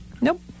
Nope